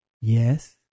Yes